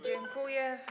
Dziękuję.